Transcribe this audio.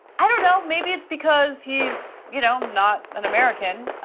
i don't know, maybe it's because he's you know not an american.